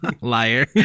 liar